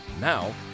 Now